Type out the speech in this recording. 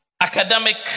academic